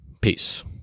Peace